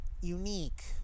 unique